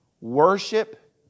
Worship